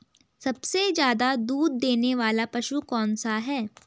सबसे ज़्यादा दूध देने वाला पशु कौन सा है?